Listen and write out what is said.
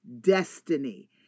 destiny